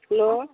hello